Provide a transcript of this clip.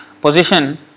position